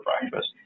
breakfast